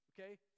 Okay